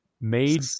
made